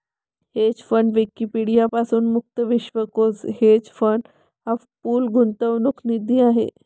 hedge fund Wikipedia पासून मुक्त विश्वकोश हेज फंड हा पूल गुंतवणूक निधी आहे